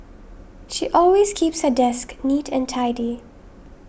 she always keeps her desk neat and tidy